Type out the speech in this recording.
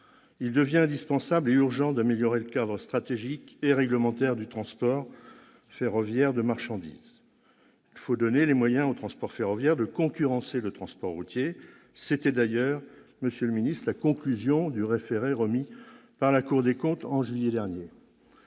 Il devient indispensable et urgent d'améliorer le cadre stratégique et réglementaire du transport ferroviaire de marchandises. Il faut donner les moyens au transport ferroviaire de concurrencer le transport routier. C'était d'ailleurs, monsieur le secrétaire d'État, la conclusion du référé remis par la Cour des comptes en juillet dernier.